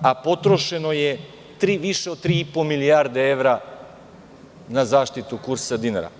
a potrošeno je više od 3,5 milijarde evra na zaštitu kursa dinara.